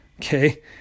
okay